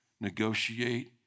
negotiate